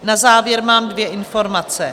Na závěr mám dvě informace.